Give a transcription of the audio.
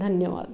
धन्यवाद